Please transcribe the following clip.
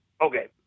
okay